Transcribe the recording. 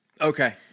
Okay